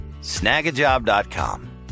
snagajob.com